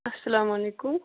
اَسَلامُ علیکُم